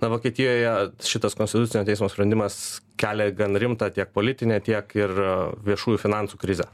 na vokietijoje šitas konstitucinio teismo sprendimas kelia gan rimtą tiek politinę tiek ir viešųjų finansų krizę